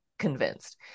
convinced